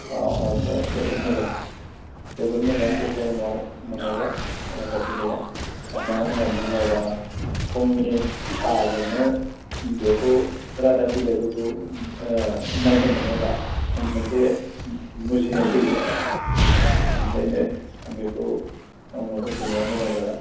अ अ होमब्ला जोबोद मोजां जोबोद मोजां बे टाइमाव मोनोब्ला रादाब बिलाइआ आं माने मानो होननानै बुङोब्ला फुंनि साहाजोंनो बेखौ रादाब बिलाइफोरखौ ओ नायनो मोनोब्ला मोनसे मुजिनाय फैयो ओंखायनो बेखौ फुङाव होफैनाया मोजां जागोन